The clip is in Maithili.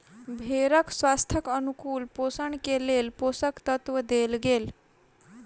भेड़क स्वास्थ्यक अनुकूल पोषण के लेल पोषक तत्व देल गेल